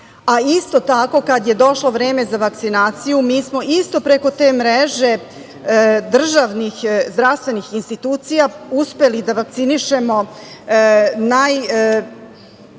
a isto tako kad je došlo vreme za vakcinaciju, mi smo isto tako preko te mreže državnih zdravstvenih institucija uspeli da vakcinišemo najveći